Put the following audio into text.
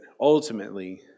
ultimately